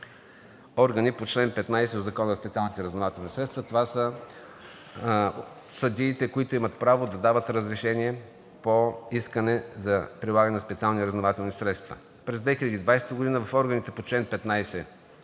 Органи по чл. 15 от Закона за специалните разузнавателни средства. Това са съдиите, които имат право да дават разрешение по искане за прилагане на специални разузнавателни средства. През 2020 г. в органите по чл. 15